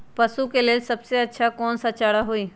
पशु के लेल सबसे अच्छा कौन सा चारा होई?